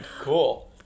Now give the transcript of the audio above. cool